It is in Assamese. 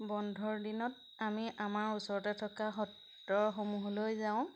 বন্ধৰ দিনত আমি আমাৰ ওচৰতে থকা সত্ৰসমূহলৈ যাওঁ